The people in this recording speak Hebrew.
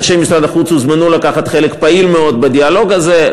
אנשי משרד החוץ הוזמנו לקחת חלק פעיל מאוד בדיאלוג הזה.